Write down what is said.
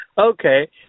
Okay